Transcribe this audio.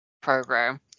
program